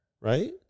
Right